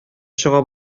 чыга